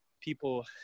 people